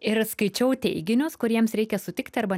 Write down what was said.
ir skaičiau teiginius kur jiems reikia sutikti arba